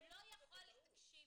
תקשיבו,